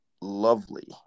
lovely